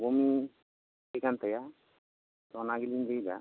ᱵᱚᱢᱤ ᱦᱩᱭ ᱟᱠᱟᱱ ᱛᱟᱭᱟ ᱛᱚ ᱚᱱᱟ ᱜᱮᱞᱮᱞᱤᱧ ᱞᱟᱹᱭᱮᱫᱟ